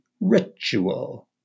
ritual